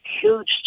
huge